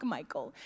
Michael